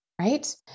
right